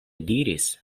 diris